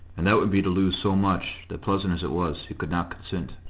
and that would be to lose so much, that, pleasant as it was, he could not consent.